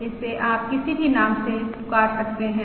इसे आप किसी भी नाम से पुकार सकते हैं